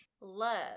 love